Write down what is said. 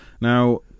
Now